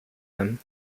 him